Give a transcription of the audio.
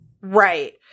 right